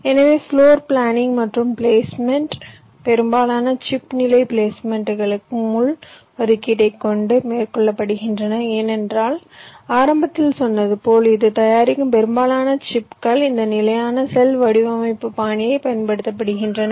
எனவே floor planning மற்றும் placement பெரும்பாலான சிப் நிலை பிளேஸ்மென்ட்களுக்கு முள் ஒதுக்கீட்டைக் கொண்டு மேற்கொள்ளப்படுகின்றன ஏனென்றால் ஆரம்பத்தில் சொன்னது போல் இன்று தயாரிக்கும் பெரும்பாலான சிப்கள் இந்த நிலையான செல் வடிவமைப்பு பாணியைப் பயன்படுத்துகின்றன